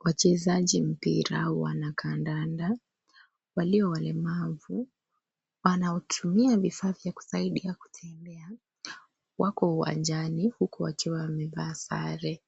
Wachezaji wa mpira, wanakandanda, walio walemavu wanaotumia vifaa vya kusaidia kutembea. Wako uwanjani huku wakiwa wamevaa sare.